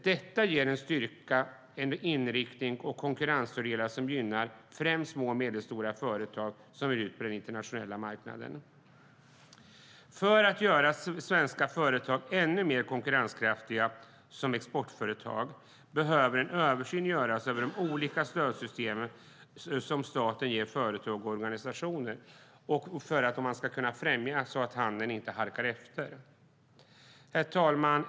Det ger styrka, inriktning och konkurrensfördelar och gynnar främst små och medelstora företag som vill ut på den internationella marknaden. För att göra svenska företag ännu mer konkurrenskraftiga som exportföretag behöver en översyn göras av de olika stödsystem som staten har för företag och organisationer. Denna översyn behöver göras för att främja handeln så att den inte halkar efter. Herr talman!